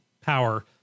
power